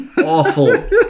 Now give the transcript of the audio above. Awful